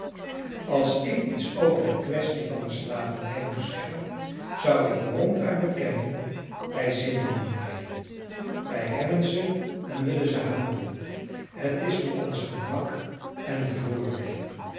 als ik iets over die quaestie van de slavernij moest zeggen zou ik ronduit bekennen wij zitten er nu mee wij hebben ze en willen ze houden het is voor ons gemak en voordeel